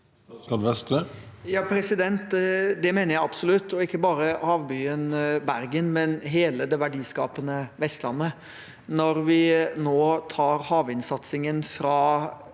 Det me- ner jeg absolutt, og ikke bare havbyen Bergen, men hele det verdiskapende Vestlandet. Når vi nå tar havvindsatsingen fra